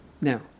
Now